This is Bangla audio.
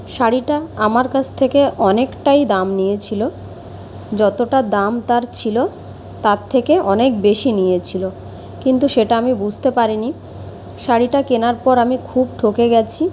শাড়িটা আমার কাছ থেকে অনেকটাই দাম নিয়েছিলো যতোটা দাম তার ছিলো তার থেকে অনেক বেশি নিয়েছিলো কিন্তু সেটা আমি বুঝতে পারিনি শাড়িটা কেনার পর আমি খুব ঠকে গেছি